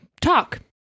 Talk